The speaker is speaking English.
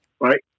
Right